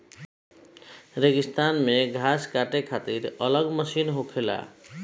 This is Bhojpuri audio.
रेगिस्तान मे घास काटे खातिर अलग मशीन होखेला